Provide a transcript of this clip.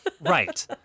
Right